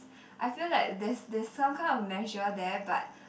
I feel like there's there's kind of measure there but